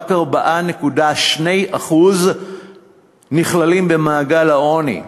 רק 4.2% נכללים במעגל העוני,